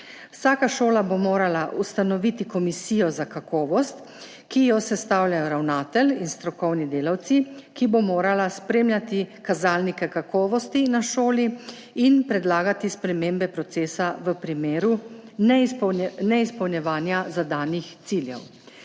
Vsaka šola bo morala ustanoviti komisijo za kakovost, ki jo sestavljajo ravnatelj in strokovni delavci, ki bo morala spremljati kazalnike kakovosti na šoli in predlagati spremembe procesa v primeru neizpolnjevanja zadanih ciljev.